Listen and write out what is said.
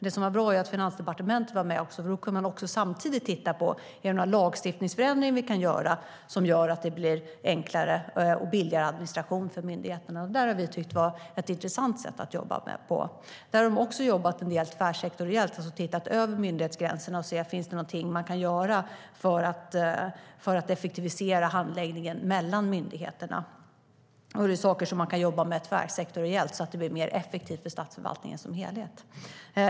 Det var bra att finansdepartementet var med, eftersom man då samtidigt kunde titta på ifall det fanns några lagstiftningsändringar som kunde göras för att administrationen skulle bli enklare och billigare för myndigheten. Det tycker vi har varit ett intressant sätt att jobba på.I Danmark har man även jobbat en del tvärsektoriellt, alltså tittat över myndighetsgränserna för att se om det finns någonting man kan göra för att effektivisera handläggningen mellan myndigheterna. Det finns saker som man kan jobba tvärsektoriellt med så att det blir mer effektivt för statsförvaltningen som helhet.